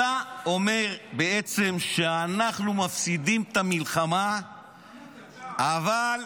אתה אומר בעצם שאנחנו מפסידים את המלחמה, אבל,